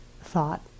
thought